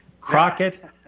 Crockett